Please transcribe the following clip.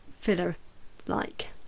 filler-like